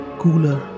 cooler